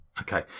Okay